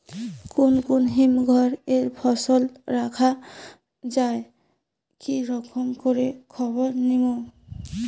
কুন কুন হিমঘর এ ফসল রাখা যায় কি রকম করে খবর নিমু?